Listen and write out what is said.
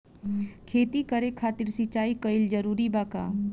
खेती करे खातिर सिंचाई कइल जरूरी बा का?